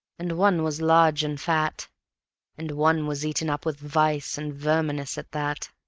and one was large and fat and one was eaten up with vice and verminous at that.